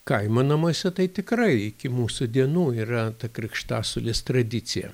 kaimo namuose tai tikrai iki mūsų dienų yra ta krikštasuolės tradicija